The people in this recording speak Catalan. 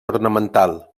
ornamental